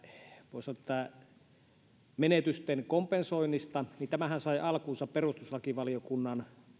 voi sanoa menetysten kompensoinnista niin tämähän sai alkunsa perustuslakivaliokunnan